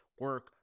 Work